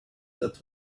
that